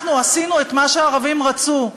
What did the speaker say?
אנחנו עשינו את מה שהערבים רצו.